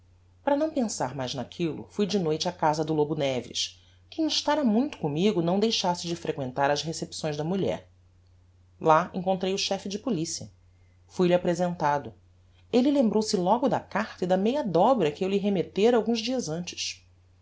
para não pensar mais naquillo fui de noite á casa do lobo neves que instára muito commigo não deixasse de frequentar as recepções da mulher lá encontrei o chefe de policia fui lhe apresentado elle lembrou-se logo da carta e da meia dobra que eu lhe remettera alguns dias antes